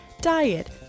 diet